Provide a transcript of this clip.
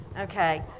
Okay